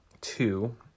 two